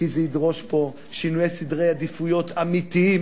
כי זה ידרוש פה שינויי סדרי עדיפויות אמיתיים,